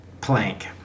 plank